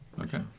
Okay